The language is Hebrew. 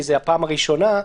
כי זו הפעם הראשונה,